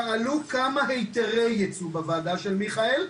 שאלו כמה היתרי ייצוא בוועדת הכלכלה של מיכאל,